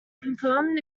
confirmed